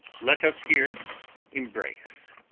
let us here embrace.